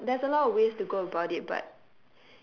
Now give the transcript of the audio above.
I mean there's there's a lot ways to go about it but